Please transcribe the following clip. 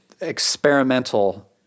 experimental